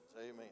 Amen